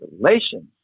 relations